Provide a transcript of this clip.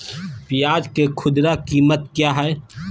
प्याज के खुदरा कीमत क्या है?